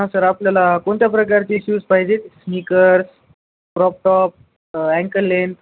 हा सर आपल्याला कोणत्या प्रकारचे शूज पाहिजेत स्निकर्स क्रॉपटॉप अँकल लेन्थ